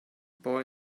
boy